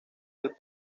del